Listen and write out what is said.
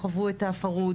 חוו האת הפרהוד,